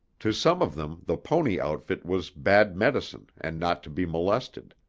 to some of them, the pony outfit was bad medicine and not to be molested.